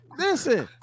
listen